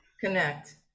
connect